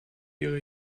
ihre